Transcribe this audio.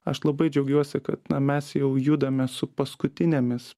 aš labai džiaugiuosi kad na mes jau judame su paskutinėmis